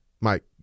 Mike